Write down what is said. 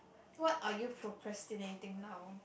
what are you procrastinating now